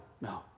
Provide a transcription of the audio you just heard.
no